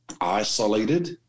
isolated